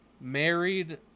married